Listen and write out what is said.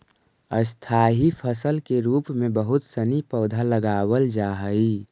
स्थाई फसल के रूप में बहुत सनी पौधा लगावल जा हई